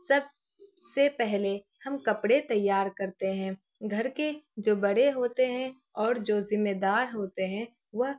سب سے پہلے ہم کپڑے تیار کرتے ہیں گھر کے جو بڑے ہوتے ہیں اور جو ذمہ دار ہوتے ہیں وہ